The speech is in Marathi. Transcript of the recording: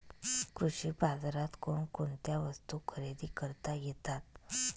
कृषी बाजारात कोणकोणत्या वस्तू खरेदी करता येतात